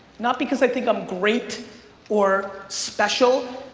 not because i think i'm great or special,